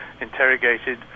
interrogated